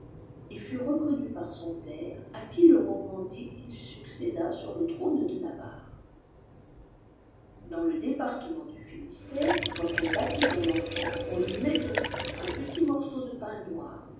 et fut reconnu par son père à qui le roman dit qu il succéda sur le trône de navarre dans le département du finistère quand on baptise mx eior faut on lui met au cou un petit morceau de pain noir